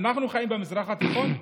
אנחנו חיים במזרח התיכון,